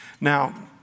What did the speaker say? Now